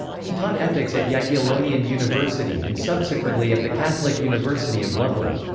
he taught ethics at jagiellonian university and subsequently at the catholic university of lublin.